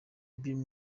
billy